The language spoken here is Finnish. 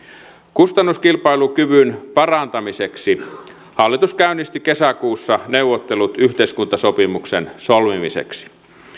kustannuskilpailukyvyn parantamiseksi hallitus käynnisti kesäkuussa neuvottelut yhteiskuntasopimuksen solmimiseksi